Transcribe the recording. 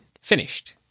finished